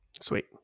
Sweet